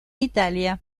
italia